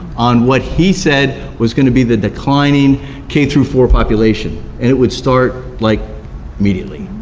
on what he said was gonna be the declining k through four population, and it would start like immediately.